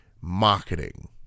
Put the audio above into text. marketing